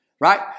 right